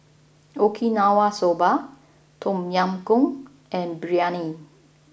Okinawa Soba Tom Yam Goong and Biryani